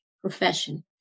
profession